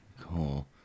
Cool